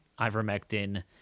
ivermectin